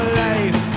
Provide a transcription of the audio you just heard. life